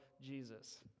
Jesus